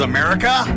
America